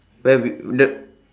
where we the